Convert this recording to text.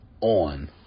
on